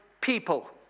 people